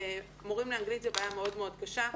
המורים לאנגלית זו בעיה מאוד קשה.